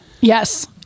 yes